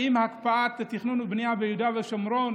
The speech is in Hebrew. הקפאת התכנון והבנייה ביהודה ושומרון